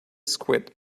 squid